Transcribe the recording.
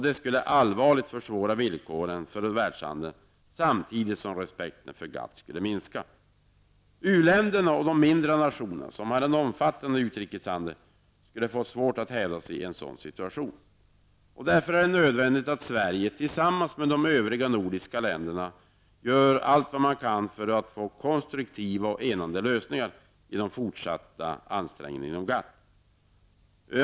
Detta skulle allvarligt försvåra villkoren för världshandeln samtidigt som respekten för GATT minskade. U-länderna och de mindre nationer som har en omfattande utrikeshandel skulle få svårt att hävda sig i en sådan situation. Därför är det nödvändigt att Sverige tillsammans med de övriga nordiska länderna gör allt man kan för konstruktiva och enande lösningar i de fortsatta förhandlingarna inom GATT.